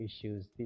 issues